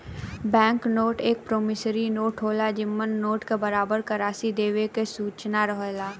bank note एक promissory note होला जेमन नोट क बराबर क राशि देवे क सूचना रहेला